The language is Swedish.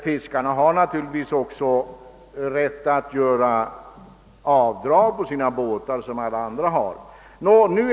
Fiskarna har slutligen naturligtvis samma rätt som alla andra att göra avdrag för värdeminskning på sina båtar.